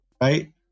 right